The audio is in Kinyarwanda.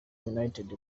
united